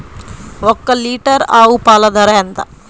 ఒక్క లీటర్ ఆవు పాల ధర ఎంత?